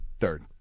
third